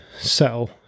settle